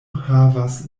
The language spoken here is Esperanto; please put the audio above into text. havas